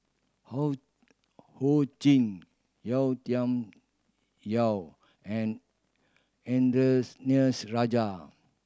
Ho Ching Yau Tian Yau and Rajah